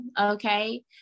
okay